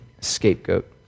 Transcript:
scapegoat